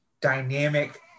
dynamic